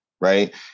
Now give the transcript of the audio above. right